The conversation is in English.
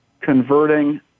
converting